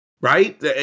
right